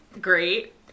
great